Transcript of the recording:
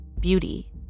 beauty